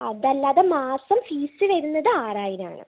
അതല്ലാതെ മാസം ഫീസ് വരുന്നത് ആറായിരമാണ്